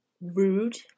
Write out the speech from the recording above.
Rude